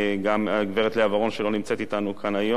גם הגברת לאה ורון שלא נמצאת אתנו כאן היום,